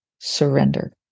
surrender